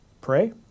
Pray